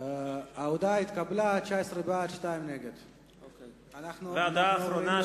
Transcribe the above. חוק הכללת אמצעי זיהוי ביומטריים במסמכי זיהוי ובמאגר מידע,